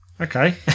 Okay